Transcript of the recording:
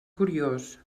curiós